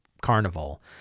Carnival